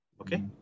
Okay